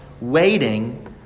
waiting